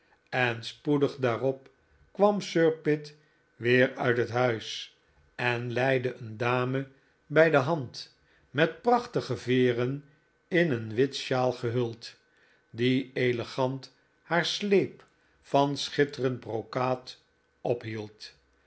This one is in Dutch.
en spoedig daarop kwam sir pitt weer uit het huis en leidde een dame bij de hand met prachtige veeren in een witte sjaal gehuld die elegant haar sleep van schitterend brocaat ophield